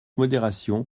modération